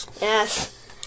Yes